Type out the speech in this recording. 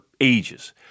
ages